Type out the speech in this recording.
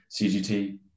cgt